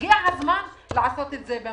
והגיע הזמן לעשות את זה.